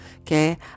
okay